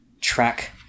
track